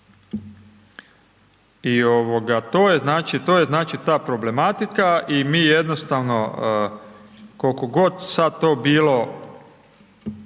je znači, to je znači ta problematika i mi jednostavno koliko god to sad bilo